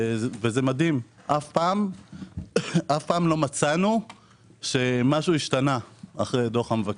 זה מדהים - אף פעם לא מצאנו שמשהו השתנה אחרי דוח המבקר.